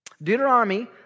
Deuteronomy